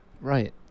right